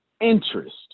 interest